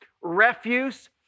refuse